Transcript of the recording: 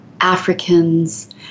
Africans